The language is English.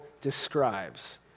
describes